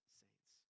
saints